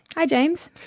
hi james.